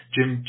Jim